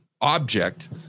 object